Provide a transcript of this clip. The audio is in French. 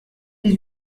dix